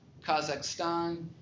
Kazakhstan